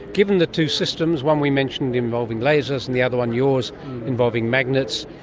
given the two systems, one we mentioned involving lasers and the other one yours involving magnets,